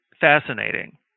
fascinating